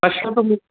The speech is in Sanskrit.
पश्यतु